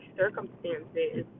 circumstances